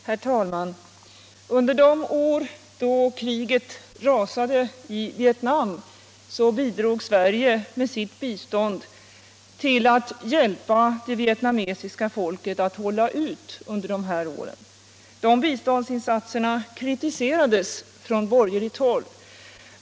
Herr talman! Under de år då kriget rasade i Vietnam bidrog Sverige med sitt bistånd till att hjälpa det vietnamesiska folket att hålla ut. De biståndsinsatserna kritiserades från borgerligt håll.